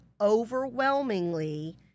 overwhelmingly